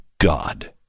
God